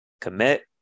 commit